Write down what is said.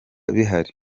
bihari